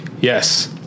Yes